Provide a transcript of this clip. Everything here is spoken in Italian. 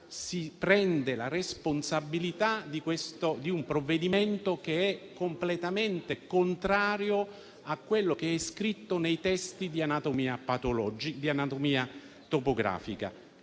si prende la responsabilità di un provvedimento che è completamente contrario a ciò che è scritto nei testi di anatomia topografica.